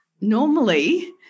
normally